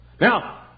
Now